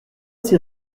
six